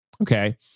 Okay